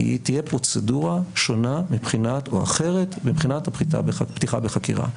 תהיה פרוצדורה שונה או אחרת מבחינת פתיחה בחקירה.